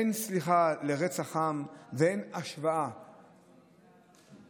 אין סליחה לרצח עם, ואין השוואה לשואה,